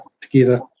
together